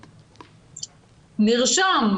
נרשם,